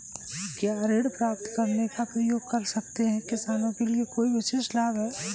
क्या ऋण प्राप्त करने का प्रयास कर रहे किसानों के लिए कोई विशेष लाभ हैं?